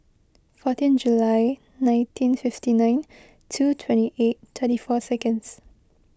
fourteen July nineteen fifty nine two twenty eight thirty four seconds